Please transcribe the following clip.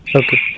okay